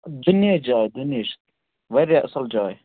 دُنہٕچ جاے دُنہٕچ واریاہ اصٕل جاے